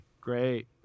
Great